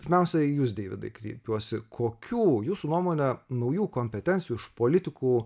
pirmiausia į jus deividai kreipiuosi kokių jūsų nuomone naujų kompetencijų iš politikų